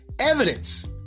evidence